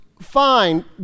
fine